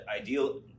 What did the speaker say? Ideal